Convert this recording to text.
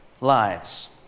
lives